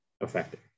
effective